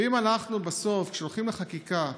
ואם אנחנו בסוף, כשהולכים לחקיקה,